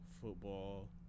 Football